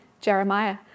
Jeremiah